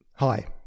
Hi